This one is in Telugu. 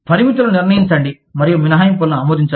పరిమితులను నిర్ణయించండి మరియు మినహాయింపులను ఆమోదించండి